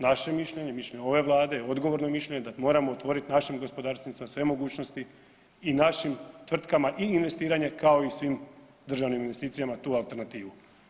Naše mišljenje, mišljenje ove vlade, odgovorno mišljenje je da moramo otvorit našim gospodarstvenicima sve mogućnosti i našim tvrtkama i investiranje kao i svim državnim investicijama tu alternativu.